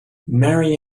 marry